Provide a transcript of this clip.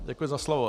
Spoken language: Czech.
Děkuji za slovo.